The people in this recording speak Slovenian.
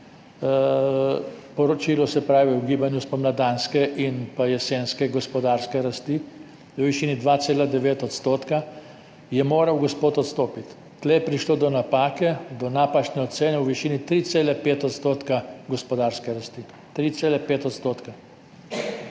poročilu, se pravi v gibanju spomladanske in jesenske gospodarske rasti, v višini 2,9 %, je moral gospod odstopiti. Tu je prišlo do napake, do napačne ocene v višini 3,5 % gospodarske rasti. Če mislite,